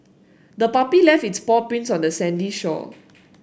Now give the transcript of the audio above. the puppy left its paw prints on the sandy shore